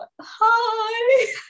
hi